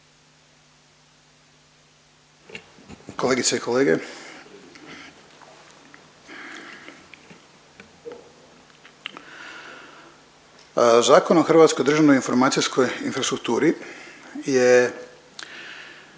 Kolegice i kolege. Zakon o hrvatskoj državnoj informacijskoj infrastrukturi je